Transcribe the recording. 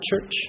church